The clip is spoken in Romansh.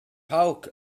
pauc